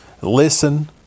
listen